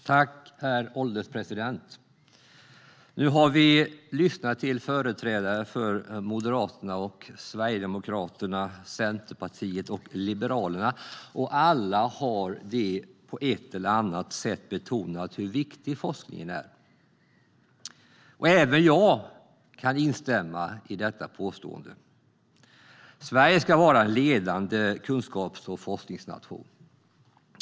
Herr ålderspresident! Nu har vi lyssnat till företrädare för Moderaterna, Sverigedemokraterna, Centerpartiet och Liberalerna, och alla har de på ett eller annat sätt betonat hur viktig forskningen är. Även jag kan instämma i detta påstående. Sverige ska vara en ledande kunskaps och forskningsnation.